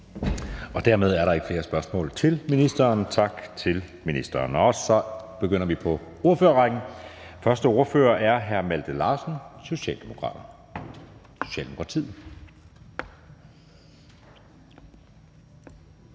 Dermed er der ikke flere spørgsmål til ministeren. Tak til ministeren. Så begynder vi på ordførerrækken. Første ordfører er hr. Malte Larsen, Socialdemokratiet.